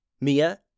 Mia